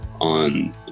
on